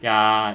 ya